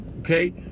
Okay